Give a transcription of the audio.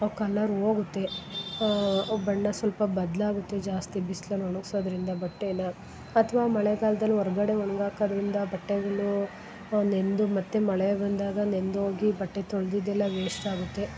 ಅವ ಕಲರ್ ಹೋಗುತ್ತೆ ಅವ ಬಣ್ಣ ಸ್ವಲ್ಪ ಬದಲಾಗುತ್ತೆ ಜಾಸ್ತಿ ಬಿಸ್ಲಲ್ಲಿ ಒಣ್ಗ್ಸೋದರಿಂದ ಬಟ್ಟೇನ ಅಥ್ವ ಮಳೆಗಾಲ್ದಲ್ಲಿ ಹೊರ್ಗಡೆ ಒಣ್ಗಾಕೋದರಿಂದ ಬಟ್ಟೆಗಳು ನೆಂದು ಮತ್ತು ಮಳೆ ಬಂದಾಗ ನೆಂದೋಗಿ ಬಟ್ಟೆ ತೊಳ್ದಿದ್ದು ಎಲ್ಲ ವೇಸ್ಟ್ ಆಗುತ್ತೆ